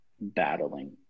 battling